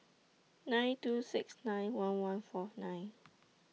nine two six nine one one four nine